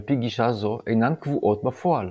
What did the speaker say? על-פי גישה זו, אינן קבועות בפועל.